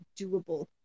doable